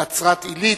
נצרת-עילית.